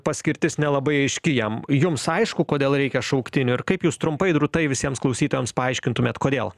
paskirtis nelabai aiški jam jums aišku kodėl reikia šauktinių ir kaip jūs trumpai drūtai visiems klausytojams paaiškintumėt kodėl